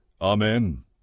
Amen